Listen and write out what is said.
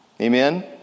Amen